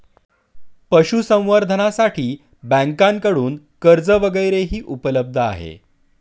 पशुसंवर्धनासाठी बँकांकडून कर्ज वगैरेही उपलब्ध आहे